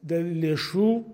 dėl lėšų